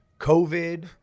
COVID